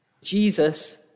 Jesus